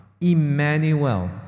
Emmanuel